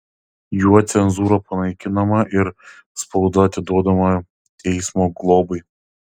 juo cenzūra panaikinama ir spauda atiduodama teismo globai